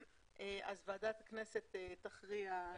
אז ועדת הכנסת תכריע.